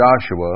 Joshua